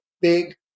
big